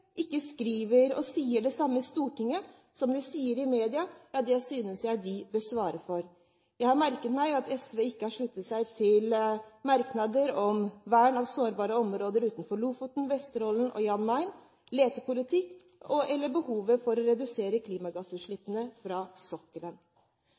ikke sier det samme i Stortinget som de sier i media, synes jeg de bør svare for. Jeg har merket meg at SV ikke har sluttet seg til merknader om vern av sårbare områder utenfor Lofoten, Vesterålen og Jan Mayen, letepolitikk, eller behovet for å redusere